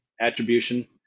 attribution